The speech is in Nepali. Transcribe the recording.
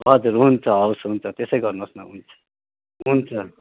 हजुर हुन्छ हवस् हुन्छ त्यसै गर्नुहोस् न हुन्छ हुन्छ